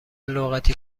لغتی